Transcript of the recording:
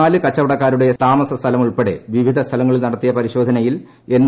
നാല് കച്ചവടക്കാരുടെ താമസ്ഥലമുൾപ്പെടെ കൃപ്പിപ്പിധ സ്ഥലങ്ങളിൽ നടത്തിയ പരിശോധനയിൽ എൻ്